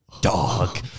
Dog